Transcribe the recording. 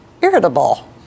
irritable